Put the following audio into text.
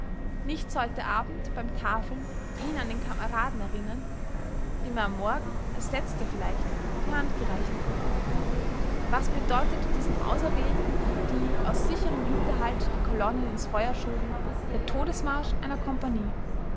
nichts heute abend beim tafeln ihn an den kameraden erinnern dem er am morgen als letzter vielleicht die hand gereicht was bedeutete diesen auserwählten die aus sicherem hinterhalt die kolonnen ins feuer schoben der todesmarsch einer kompagnie